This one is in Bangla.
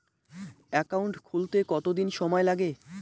একাউন্ট খুলতে কতদিন সময় লাগে?